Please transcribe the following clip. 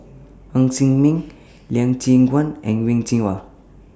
Ng Ser Miang Lee Choon Guan and Wen Jinhua